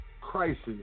crisis